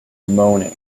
moaning